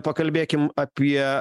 pakalbėkim apie